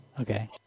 Okay